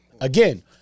Again